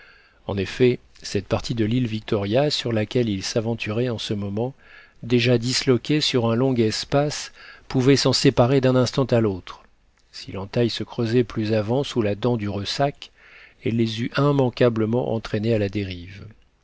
en effet cette partie de l'île victoria sur laquelle ils s'aventuraient en ce moment déjà disloquée sur un long espace pouvait s'en séparer d'un instant à l'autre si l'entaille se creusait plus avant sous la dent du ressac elle les eût immanquablement entraînés à la dérive